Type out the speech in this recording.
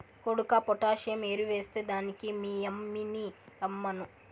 కొడుకా పొటాసియం ఎరువెస్తే దానికి మీ యమ్మిని రమ్మను